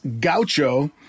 gaucho